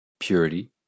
Purity